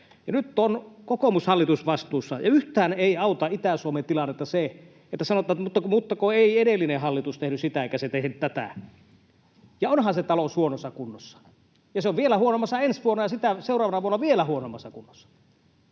nyt on kokoomus hallitusvastuussa, ja yhtään ei auta Itä-Suomen tilannetta se, että sanotaan: ”Mutta kun ei edellinen hallitus tehnyt sitä eikä se tehnyt tätä.” Onhan se talous huonossa kunnossa, ja se on vielä huonommassa kunnossa ensi vuonna ja sitä seuraavana vuonna vielä huonommassa kunnossa.